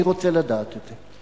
אני רוצה לדעת את זה.